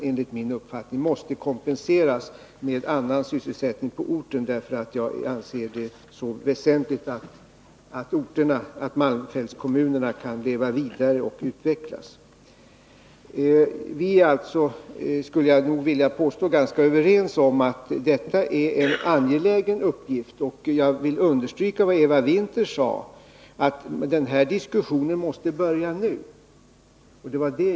Enligt min mening måste detta kompenseras med annan sysselsättning på orten, eftersom jag anser det så väsentligt att malmfältskommunerna kan leva vidare och utvecklas. Jag skulle vilja påstå att vi är ganska överens om att detta är en angelägen uppgift. Jag vill understryka vad Eva Winther sade — att diskussionen måste börja nu.